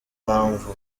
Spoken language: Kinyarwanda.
mpamvu